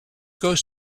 goes